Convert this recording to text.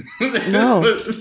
No